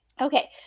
okay